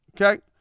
okay